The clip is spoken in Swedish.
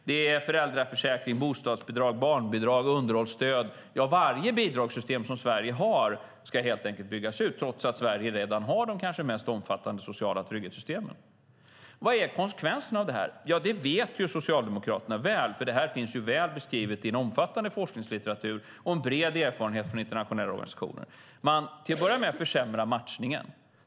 Det är föräldraförsäkring, bostadsbidrag, barnbidrag och underhållsstöd - ja, varje bidragssystem som Sverige har ska helt enkelt byggas ut, trots att Sverige redan har de kanske mest omfattande sociala trygghetssystemen. Vad är konsekvensen av det här? Det vet Socialdemokraterna väl, för det här finns väl beskrivet i omfattande forskningslitteratur, och det finns en bred erfarenhet från internationella organisationer. Till att börja med försämrar man matchningen.